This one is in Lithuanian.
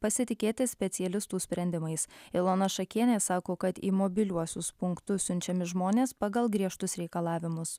pasitikėti specialistų sprendimais ilona šakienė sako kad į mobiliuosius punktus siunčiami žmonės pagal griežtus reikalavimus